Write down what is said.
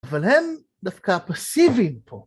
אבל הם דווקא פסיביים פה.